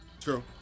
True